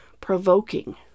provoking